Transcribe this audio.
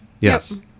Yes